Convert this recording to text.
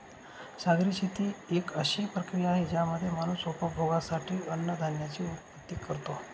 सागरी शेती एक अशी प्रक्रिया आहे ज्यामध्ये माणूस उपभोगासाठी अन्नधान्याची उत्पत्ति करतो